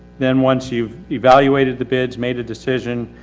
then once you've evaluated the bids, made a decision,